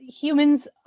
humans